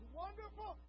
wonderful